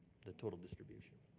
the total distribution.